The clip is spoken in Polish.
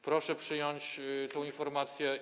Proszę przyjąć tę informację.